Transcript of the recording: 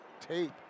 tape